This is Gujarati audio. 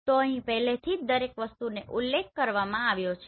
તો અહીં પહેલેથી જ દરેક વસ્તુનો ઉલ્લેખ કરવામાં આવ્યો છે